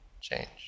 change